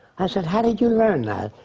i said how did you learn that?